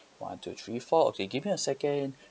one two three four okay give me a second